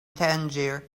tangier